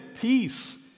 peace